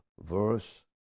verse